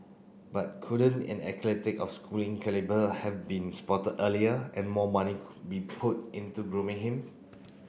but couldn't an athletic of Schooling calibre have been spotted earlier and more money could be put into grooming him